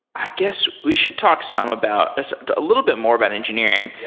i guess we should talk some about a little bit more about engineering.